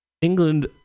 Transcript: England